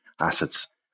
assets